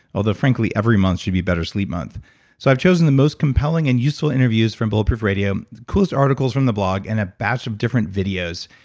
although frankly every month should be better sleep month so i've chosen the most compelling and useful interviews from bulletproof radio, the coolest articles from the blog, and a batch of different videos.